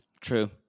True